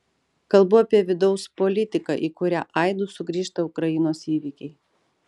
kalbu apie vidaus politiką į kurią aidu sugrįžta ukrainos įvykiai